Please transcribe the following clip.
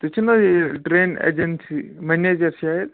تُہۍ چھُو نا یہِ ٹرین ایجَنسی مَنیجَر شایِد